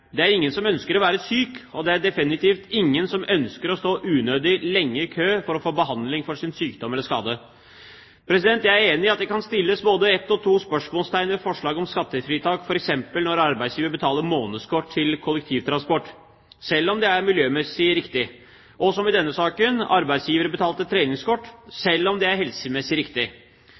Det er ingen som ønsker å være syk, og det er definitivt ingen som ønsker å stå unødig lenge i kø for å få behandling for sin sykdom eller skade. Jeg er enig i at det kan stilles både ett og to spørsmål ved forslaget om skattefritak, f.eks. ved arbeidsgiverbetalte månedskort til kollektivtransport, selv om det er miljømessig riktig, og, som i denne saken, ved arbeidsgiverbetalte treningskort, selv om det er helsemessig riktig.